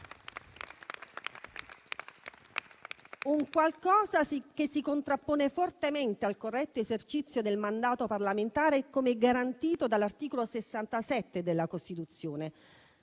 È qualcosa che si contrappone fortemente al corretto esercizio del mandato parlamentare come garantito dall'articolo 67 della Costituzione.